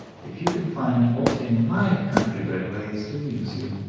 if you can find aught in my country-bred ways to amuse you.